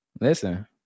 Listen